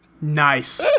Nice